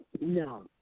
No